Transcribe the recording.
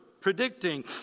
predicting